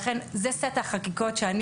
לכן זה סט החקיקות שאני מבקשת פה.